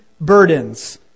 burdens